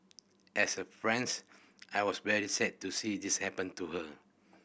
as a friends I was very sad to see this happen to her